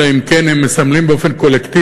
אלא אם כן הם מסמלים באופן קולקטיבי